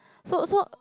so so